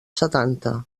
setanta